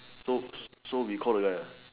so so we call the guy ah